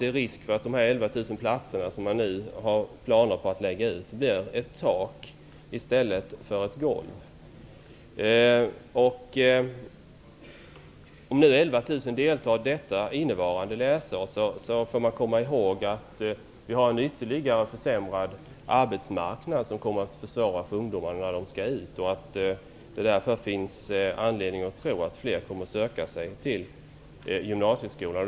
Det är risk för att de 11 000 platser som man nu har planer på att lägga ut blir ett tak i stället för ett golv. Även om man nu har 11 000 elever innevarande läsår, får man komma ihåg att vi har en ytterligare försämrad arbetsmarknad, som kommer att försvåra förhållandena för ungdomarna när de skall ut på arbetsmarknaden. Det finns anledning att tro att fler kommer att söka sig till gymnasieskolan.